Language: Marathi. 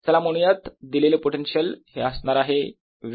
चला म्हणूयात दिलेले पोटेन्शियल हे असणार आहे V0